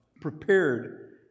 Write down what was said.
prepared